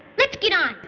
let's get on.